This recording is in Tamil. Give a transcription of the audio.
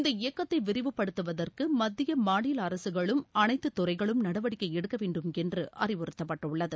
இந்த இப்ககத்தை விரிவுபடுத்துவதற்கு மத்திய மாநில அரசுகளும் அனைத்து துறைக்ளும் நடவடிக்கை எடுக்க வேண்டும் என்று அறிவுறத்தப்பட்டுள்ளது